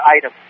item